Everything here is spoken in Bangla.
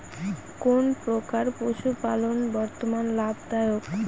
কোন প্রকার পশুপালন বর্তমান লাভ দায়ক?